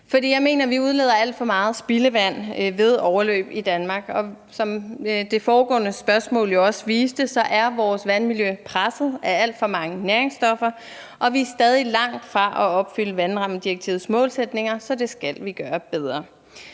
jeg mener, at vi udleder alt for meget spildevand ved overløb i Danmark, og som det foregående spørgsmål jo også viste, er vores vandmiljø presset af alt for mange næringsstoffer, og vi er stadig langt fra at opfylde vandrammedirektivets målsætninger, så det skal vi gøre bedre.